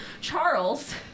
Charles